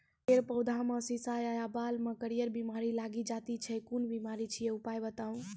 फेर पौधामें शीश या बाल मे करियर बिमारी लागि जाति छै कून बिमारी छियै, उपाय बताऊ?